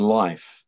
life